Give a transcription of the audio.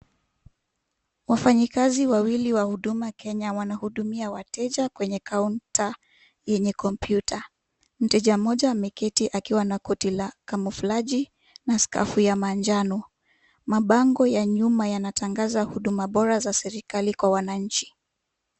Wafanyikazi wawili wa huduma Kenya wanahudumia wateja kwenye kaunta yenye komputa. Mteja mmoja ameketi akiwa na koti la kama kamoflaji na skafu ya manjano. Mabango ya nyuma yanatangaza huduma bora za serikali kwa wananchi.